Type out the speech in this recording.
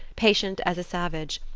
patient as savage,